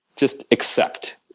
just accept.